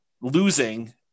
losing